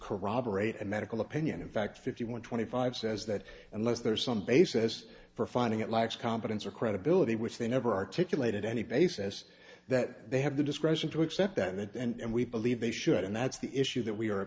corroborate a medical opinion in fact fifty one twenty five says that unless there is some basis for finding it lacks competence or credibility which they never articulated any basis that they have the discretion to accept that and we believe they should and that's the issue that we are